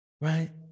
right